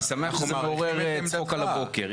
אני שמח שזה גורר צחוק על הבוקר,